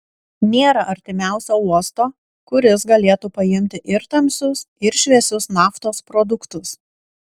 nėra artimiausio uosto kuris galėtų paimti ir tamsius ir šviesius naftos produktus